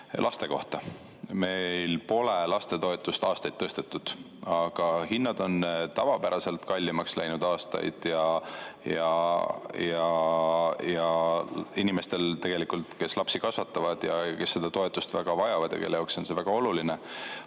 laste kohta. Meil pole lastetoetust aastaid tõstetud, aga hinnad on tavapäraselt aastaid kallimaks läinud. Inimestel, kes lapsi kasvatavad, kes seda toetust vajavad ja kelle jaoks on see väga oluline,